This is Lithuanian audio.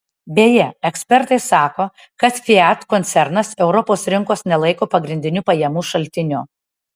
beje ekspertai sako kad fiat koncernas europos rinkos nelaiko pagrindiniu pajamų šaltiniu